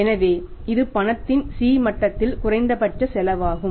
எனவே இது பணத்தின் C மட்டத்தில் குறைந்தபட்ச செலவாகும்